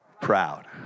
proud